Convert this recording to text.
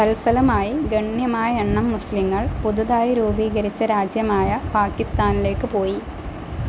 തൽഫലമായി ഗണ്യമായെണ്ണം മുസ്ലിങ്ങൾ പുതുതായി രൂപീകരിച്ച രാജ്യമായ പാക്കിസ്ഥാനിലേക്ക് പോയി